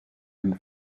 and